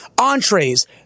entrees